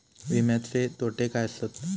विमाचे तोटे काय आसत?